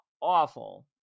awful